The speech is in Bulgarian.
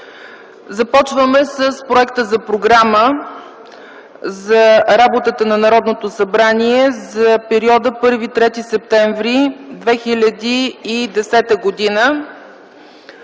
Започваме с проекта за Програма за работата на Народното събрание за периода 1-3 септември 2010 г.,